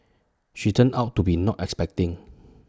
she turned out to be not expecting